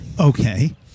Okay